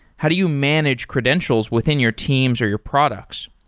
how do you manage credentials within your teams or your products?